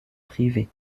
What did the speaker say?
privées